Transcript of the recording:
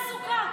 מסלול תעסוקה,